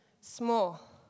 Small